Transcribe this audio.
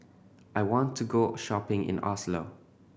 I want to go a shopping in Oslo